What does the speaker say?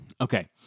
Okay